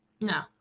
No